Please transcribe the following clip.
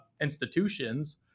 institutions